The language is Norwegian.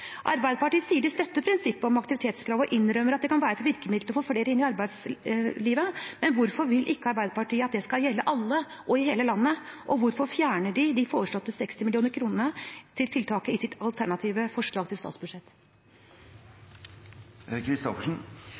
Arbeiderpartiet sier at de støtter prinsippet om aktivitetskrav, og innrømmer at det kan være et virkemiddel for å få flere inn i arbeidslivet. Men hvorfor vil ikke Arbeiderpartiet at det skal gjelde alle og i hele landet, og hvorfor fjerner de de foreslåtte 60 mill. kr til tiltaket i sitt alternative forslag til statsbudsjett?